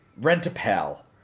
Rent-A-Pal